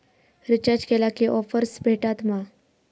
Recharge केला की offers भेटात मा?